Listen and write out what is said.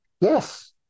Yes